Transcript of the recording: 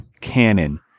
cannon